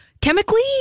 chemically